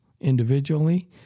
individually